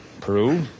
Peru